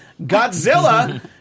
Godzilla